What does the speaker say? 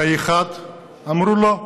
פה אחד אמרו: לא.